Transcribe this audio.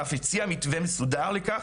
ואף הציעה מתווה מסודר לכך,